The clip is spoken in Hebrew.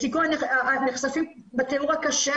בתיאור הקשה,